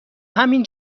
همین